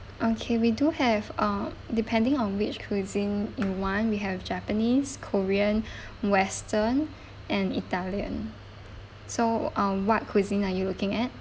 okay we do have uh depending on which cuisine you want we have japanese korean western and italian so uh what cuisine are you looking at